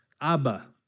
Abba